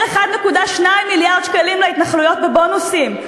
1.2 מיליארד שקלים להתנחלויות בבונוסים.